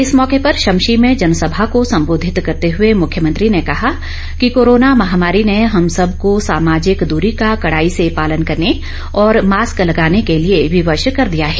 इस मौके पर शमशी में जनसभा को सम्बोधित करते हुए मुख्यमंत्री ने कहा कि कोरोना महामारी ने हम सब को सामाजिक दूरी का कड़ाई से पालन करने और मास्क लगाने के लिए विवश कर दिया है